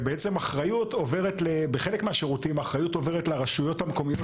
והאחריות עוברת בחלק מהשירותים לרשויות המקומיות,